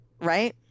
Right